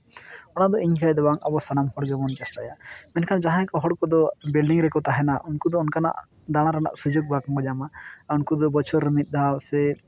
ᱚᱱᱟ ᱫᱚ ᱤᱧ ᱠᱷᱟᱹᱛᱤᱨ ᱫᱚ ᱵᱟᱝ ᱟᱵᱚ ᱥᱟᱱᱟᱢ ᱦᱚᱲ ᱜᱮᱵᱚᱱ ᱡᱟᱪᱟᱭᱟ ᱢᱮᱱᱠᱷᱟᱱ ᱡᱟᱦᱟᱸᱭ ᱠᱚ ᱦᱚᱲ ᱠᱚᱫᱚ ᱵᱤᱞᱰᱤᱝ ᱨᱮᱠᱚ ᱛᱟᱦᱮᱱᱟ ᱩᱱᱠᱩ ᱫᱚ ᱚᱱᱠᱟᱱᱟᱜ ᱫᱟᱬᱟ ᱨᱮᱱᱟᱜ ᱥᱩᱡᱳᱜᱽ ᱵᱟᱝᱠᱚ ᱧᱟᱢᱟ ᱩᱱᱠᱩ ᱫᱚ ᱵᱚᱪᱷᱚᱨ ᱨᱮ ᱢᱤᱫ ᱫᱷᱟᱣ ᱥᱮ